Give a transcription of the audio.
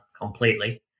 completely